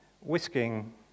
whisking